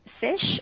Fish